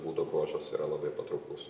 būdo bruožas yra labai patrauklus